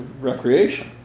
recreation